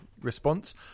response